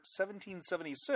1776